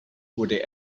wurde